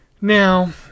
Now